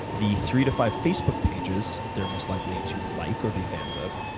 the three to five facebook pages they're most likely to like or be fans of.